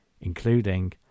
including